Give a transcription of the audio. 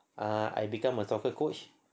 ah I become a soccer coach